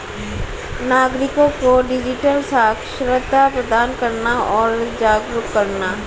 नागरिको को डिजिटल साक्षरता प्रदान करना और जागरूक करना